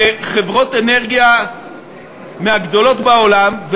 וחברות אנרגיה מהגדולות בעולם,